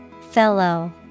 Fellow